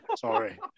Sorry